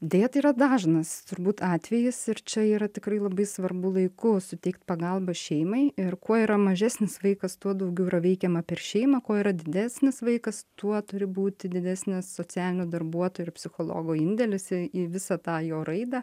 deja tai yra dažnas turbūt atvejis ir čia yra tikrai labai svarbu laiku suteikt pagalbą šeimai ir kuo yra mažesnis vaikas tuo daugiau yra veikiama per šeimą kuo yra didesnis vaikas tuo turi būti didesnis socialinio darbuotojo ir psichologo indėlis į į visą tą jo raidą